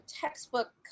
textbook